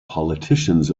politicians